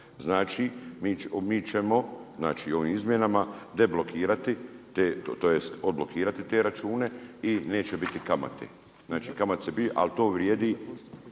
Znači, mi ćemo ovim izmjenama deblokirati, tj. odblokirati te račune i neće biti kamate…/Govornik se ne razumije./…ali to vrijedi